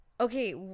Okay